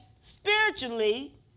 spiritually